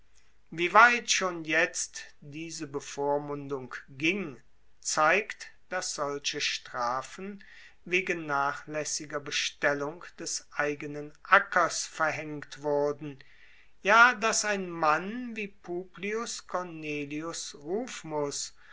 wie weit schon jetzt diese bevormundung ging zeigt dass solche strafen wegen nachlaessiger bestellung des eigenen ackers verhaengt wurden ja dass ein mann wie publius cornelius rufmus